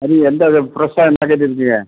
கறி எந்த இது ஃப்ரெஷ்ஷாக எந்த கறி இருக்கு